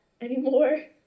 anymore